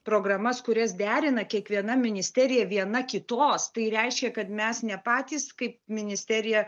programas kurias derina kiekviena ministerija viena kitos tai reiškia kad mes ne patys kaip ministerija